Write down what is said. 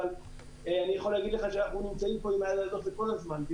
אבל אני יכול להגיד לך שאנחנו נמצאים עם היד על הדופק כל הזמן.